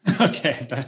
Okay